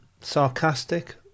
sarcastic